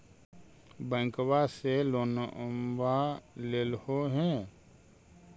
बैंकवा से लोनवा लेलहो हे?